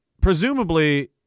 presumably